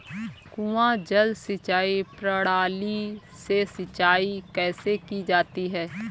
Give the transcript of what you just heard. कुआँ जल सिंचाई प्रणाली से सिंचाई कैसे की जाती है?